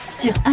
sur